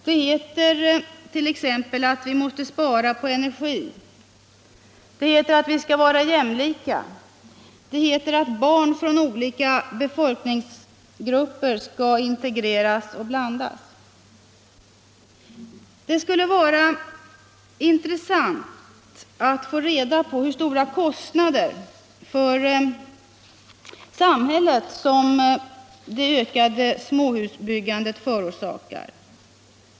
Det heter t.ex. att vi måste spara energi, att vi skall vara jämlika, att barn från olika befolkningsgrupper skall integreras och blandas. Det skulle vara intressant att få reda på hur stora kostnader för samhället det ökade småhusbyggandet förorsakar.